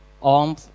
on